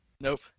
Nope